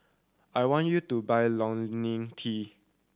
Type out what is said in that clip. I want you to buy Ionil T